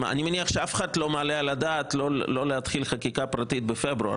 אני מניח שאף אחד לא מעלה על הדעת שלא להתחיל חקיקה פרטית בפברואר,